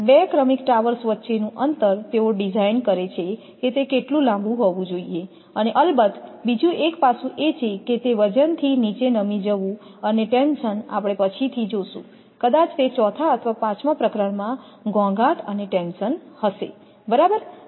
બે ક્રમિક ટાવર્સ વચ્ચેનું અંતર તેઓ ડિઝાઇન કરે છે કે તે કેટલું લાંબુ હોવું જોઈએ અને અલબત્ત બીજું એક પાસું એ છે કે તે વજનથી નીચે નમી જવું અને ટેન્શન આપણે પછીથી જોશું કદાચ તે ચોથા અથવા 5 માં પ્રકરણ માં ઘોંઘાટ અને ટેન્શન હશે બરાબર